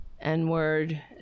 n-word